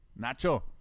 Nacho